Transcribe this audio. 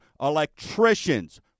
electricians